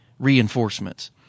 reinforcements